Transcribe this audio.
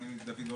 אני ממשרד החוץ.